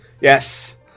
Yes